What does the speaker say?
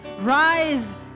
rise